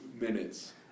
minutes